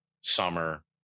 summer